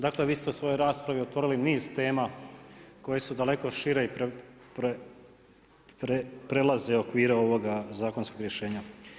Dakle vi ste u svojoj raspravi otvorili niz tema koje su daleko šire i prelaze okvire ovog zakonskog rješenja.